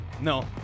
No